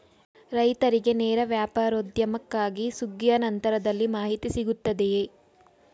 ರೈತರಿಗೆ ನೇರ ವ್ಯಾಪಾರೋದ್ಯಮಕ್ಕಾಗಿ ಸುಗ್ಗಿಯ ನಂತರದಲ್ಲಿ ಮಾಹಿತಿ ಸಿಗುತ್ತದೆಯೇ?